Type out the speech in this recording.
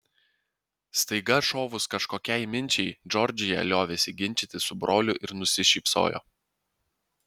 staiga šovus kažkokiai minčiai džordžija liovėsi ginčytis su broliu ir nusišypsojo